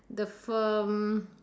the firm